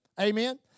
Amen